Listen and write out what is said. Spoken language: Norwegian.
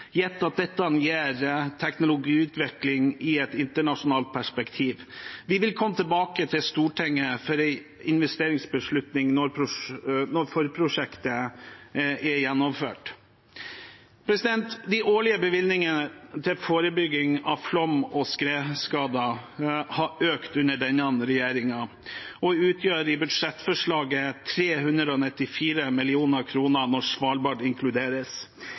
gitt at dette gir teknologiutvikling i et internasjonalt perspektiv. Vi vil komme tilbake til Stortinget for en investeringsbeslutning når forprosjektet er gjennomført. De årlige bevilgningene til forebygging av flom- og skredskader har økt under denne regjeringen og utgjør i budsjettforslaget 394 mill. kr når Svalbard inkluderes.